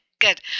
Good